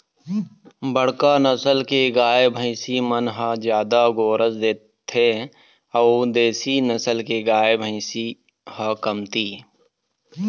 बड़का नसल के गाय, भइसी मन ह जादा गोरस देथे अउ देसी नसल के गाय, भइसी ह कमती